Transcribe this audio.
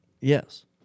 Yes